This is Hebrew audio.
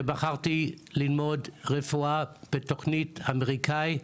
ובחרתי ללמוד רפואה בתוכנית האמריקאית,